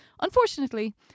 Unfortunately